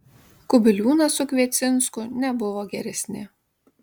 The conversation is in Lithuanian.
kubiliūnas su kviecinsku nebuvo geresni